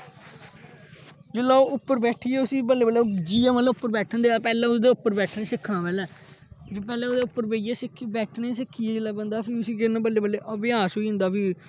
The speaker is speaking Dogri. जिसलै ओह् उप्पर बैठियै उसी बल्लेंं बल्ले जियां मतलब जिसलै् ओह् उप्पर बैठन दे पैहलें ओहदे उप्पर बैठना सिक्खना पैहलें पैहलें ओह्दे उप्पर बेहियै सिक्खी बैठना सिक्खियै जिसले बंदा फ्हीं उसी केह् करना बल्लें बल्लें अभ्यास होई जंदा फ्ही